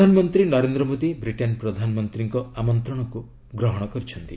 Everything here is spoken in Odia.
ପ୍ରଧାନମନ୍ତ୍ରୀ ନରେନ୍ଦ୍ର ମୋଦି ବ୍ରିଟେନ୍ ପ୍ରଧାନମନ୍ତ୍ରୀଙ୍କ ଆମନ୍ତ୍ରଣ ଗ୍ରହଣ କରିଛନ୍ତି